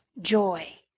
joy